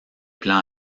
plans